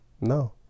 No